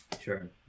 Sure